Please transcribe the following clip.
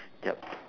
yup